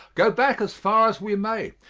go back as far as we may,